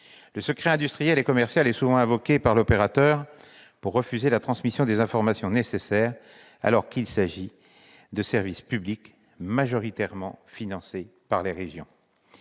Le secret industriel et commercial est souvent invoqué par l'opérateur pour refuser la transmission des informations nécessaires, alors qu'il s'agit de services publics majoritairement financés par les régions.